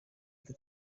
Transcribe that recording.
ati